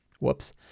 Whoops